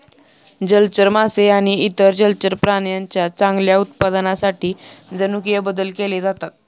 जलचर मासे आणि इतर जलचर प्राण्यांच्या चांगल्या उत्पादनासाठी जनुकीय बदल केले जातात